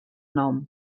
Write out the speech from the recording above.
nom